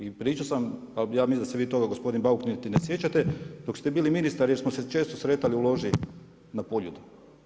I pričao sam ali ja mislim da se vi toga gospodin Bauk i ne sjećate, dok ste bili ministar jer smo se često sretali u loži na Poljudu.